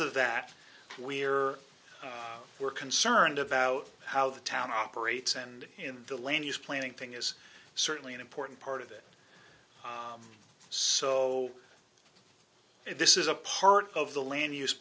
of that we're we're concerned about how the town operates and in the land use planning thing is certainly an important part of it so this is a part of the land use